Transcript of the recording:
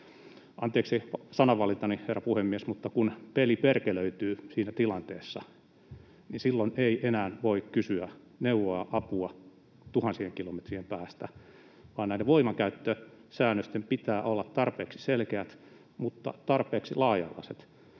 Anteeksi sanavalintani, herra puhemies, mutta kun peli perkelöityy siinä tilanteessa, niin silloin ei enää voi kysyä neuvoa ja apua tuhansien kilometrien päästä, vaan näiden voimankäyttösäännösten pitää olla tarpeeksi selkeät mutta tarpeeksi laaja-alaiset,